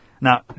now